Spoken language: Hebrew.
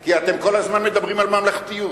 כי אנחנו נזכיר לך, שתתבייש.